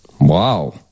Wow